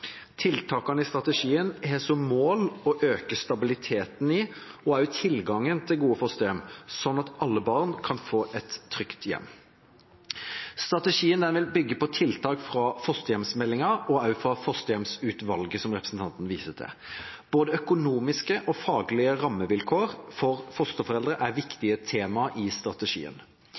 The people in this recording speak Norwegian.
Tiltakene i strategien har som mål å øke stabiliteten i og tilgangen til gode fosterhjem, sånn at alle barn kan få et trygt hjem. Strategien vil bygge på tiltak fra fosterhjemsmeldinga og fra fosterhjemsutvalget, som representanten viser til. Både økonomiske og faglige rammevilkår for fosterforeldre er viktige tema i strategien.